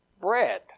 bread